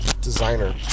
Designer